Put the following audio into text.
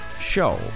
show